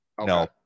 no